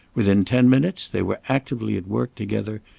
within ten minutes they were actively at work together,